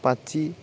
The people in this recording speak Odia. ପାଚି